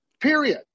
period